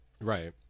Right